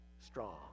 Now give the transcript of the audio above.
strong